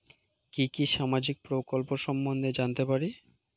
কি কি সামাজিক প্রকল্প সম্বন্ধে জানাতে পারি?